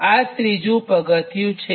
તો આ ત્રીજું પગથિયું છે